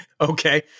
Okay